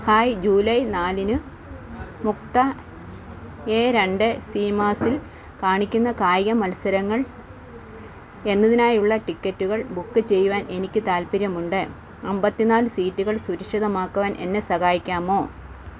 hi July നാലിന് Mukta A രണ്ട് സീമാസിൽ കാണിക്കുന്ന കായിക മത്സരങ്ങൾ എന്നതിനായുള്ള ടിക്കറ്റുകൾ ബുക്ക് ചെയ്യുവാൻ എനിക്ക് താൽപ്പര്യമുണ്ട് അമ്പത്തിന്നാല് സീറ്റുകൾ സുരക്ഷിതമാക്കുവാൻ എന്നെ സഹായിക്കാമോ